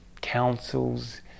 councils